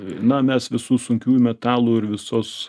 na mes visų sunkiųjų metalų ir visos